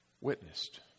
witnessed